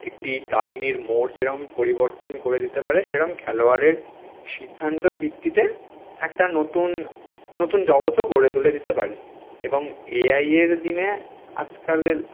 একটি কাহিনির মোড় যেরকম পরিবর্তন করে দিতে পারে সেরকম খেলোয়াড়ের সিদ্ধান্তর ভিত্তিতে একটা নতুন নতুন জগতও গড়ে তুলে দিতে পারে এবং এ আইয়ের দিনে আজকালের